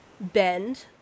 bend